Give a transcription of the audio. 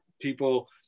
people